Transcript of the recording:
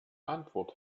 antwort